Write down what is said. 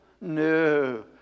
No